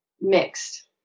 mixed